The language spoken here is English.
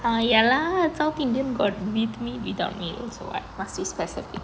ah ya lah south indian got with meat without meat also what must be specific